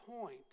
point